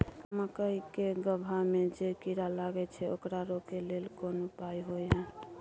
मकई के गबहा में जे कीरा लागय छै ओकरा रोके लेल कोन उपाय होय है?